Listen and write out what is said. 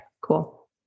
cool